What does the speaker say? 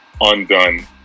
Undone